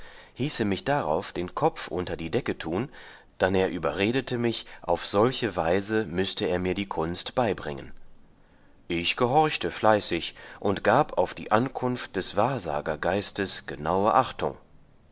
hieße mich darauf den kopf unter die decke tun dann er überredete mich auf solche weise müßte er mir die kunst beibringen ich gehorchte fleißig und gab auf die ankunft des wahrsagergeistes genaue achtung